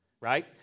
right